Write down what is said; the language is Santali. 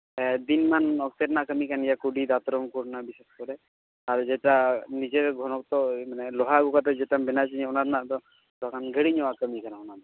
ᱦᱮ ᱫᱤᱱᱢᱟᱱ ᱚᱠᱛᱮ ᱨᱮᱱᱟᱜ ᱠᱟᱹᱢᱤ ᱠᱟᱱ ᱜᱮᱭᱟ ᱠᱩᱰᱤ ᱫᱟᱛᱨᱚᱢ ᱠᱚᱨᱮᱱᱟᱜ ᱵᱤᱥᱮᱥ ᱠᱚᱨᱮ ᱟᱨ ᱡᱮᱴᱟ ᱱᱤᱡᱮᱨ ᱜᱷᱚᱱᱚᱛᱛᱚ ᱢᱟᱱᱮ ᱞᱳᱦᱟ ᱟᱹᱜᱩ ᱠᱟᱛᱮ ᱡᱮᱴᱟᱢ ᱵᱮᱱᱟᱣ ᱦᱚᱪᱩᱧᱟ ᱚᱱᱟ ᱨᱮᱱᱟᱜ ᱫᱚ ᱜᱷᱟᱹᱲᱤᱠ ᱨᱮᱱᱟᱜ ᱠᱟᱹᱢᱤ ᱠᱟᱱᱟ ᱚᱱᱟ ᱫᱚ